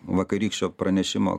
vakarykščio pranešimo